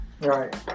right